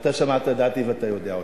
ואתה שמעת את דעתי ואתה יודע אותה.